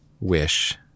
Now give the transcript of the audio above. wish-